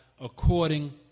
according